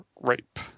Rape